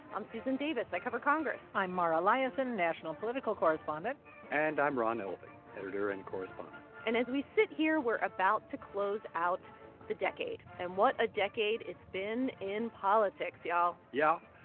i'm susan davis. i cover congress i'm mara liasson, national political correspondent and i'm ron elving, editor and correspondent and as we sit here, we're about to close out the decade. and what a decade it's been in politics, y'all yeah.